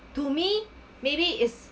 to me maybe is